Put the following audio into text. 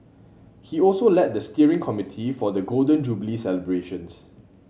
he also led the steering committee for the Golden Jubilee celebrations